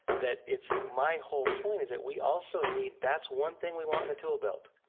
that it's my whole point is that we also need that's one thing we want in the tool belt,